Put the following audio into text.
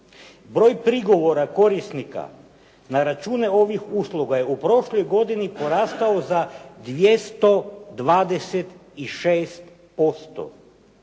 Broj prigovora korisnika na račune ovih usluga je u prošloj godini porastao za 226%.